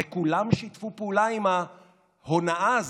וכולם שיתפו פעולה עם ההונאה הזאת.